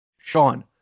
Sean